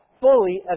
fully